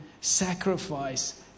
sacrifice